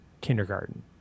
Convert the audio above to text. kindergarten